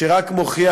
שרק מוכיח,